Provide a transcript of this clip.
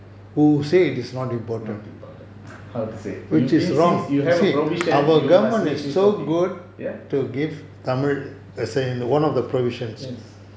not important how to say since you have a provision you must make use of it ya yes